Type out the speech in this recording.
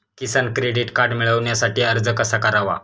किसान credit card मिळवण्यासाठी अर्ज कसा करावा?